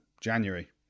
January